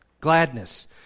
Gladness